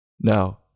No